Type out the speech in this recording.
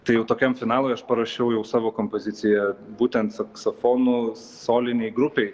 tai jau tokiam finalui aš parašiau jau savo kompoziciją būtent saksofonų solinei grupei